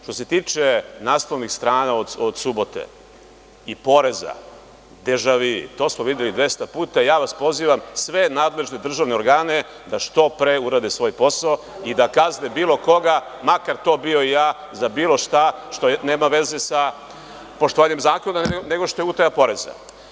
Što se tiče naslovnih strana od subote i poreza državi, to smo videli 200 puta, ja vas pozivam, sve nadležne državne organe da što pre urade svoj posao i da kazne bilo koga, makar to bio i ja za bilo šta što nema veze sa poštovanjem zakona, nego što je utaja poreza.